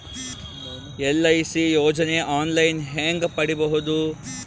LIC ಯೋಜನೆ online ಹೇಂಗ ಪಡಿಬಹುದು?